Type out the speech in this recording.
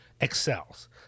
excels